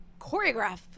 choreograph